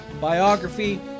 biography